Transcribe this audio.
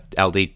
LD